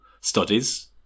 studies